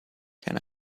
can